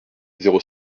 zéro